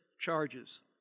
charges